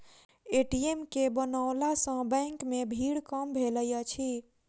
ATM के बनओला सॅ बैंक मे भीड़ कम भेलै अछि